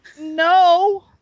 No